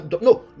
no